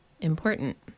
important